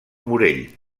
morell